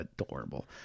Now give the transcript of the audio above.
adorable